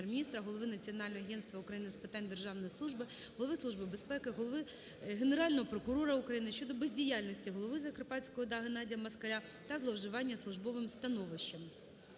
Голови Національного агентства України з питань державної служби, Голови Служби безпеки, Генерального прокурора України щодо бездіяльності голови Закарпатської ОДА Геннадія Москаля та зловживання службовим становищем.